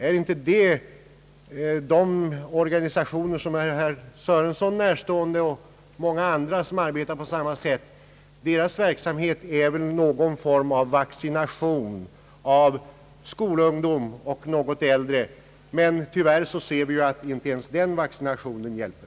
Är inte de organisa tioners verksamhet, som är herr Sörenson närstående, liksom många andras som arbetar på samma sätt, någon form av vaccination av skolungdom och något äldre människor? Tyvärr ser vi att inte ens den vaccinationen hjälper.